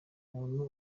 umuntu